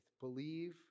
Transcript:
Believe